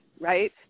right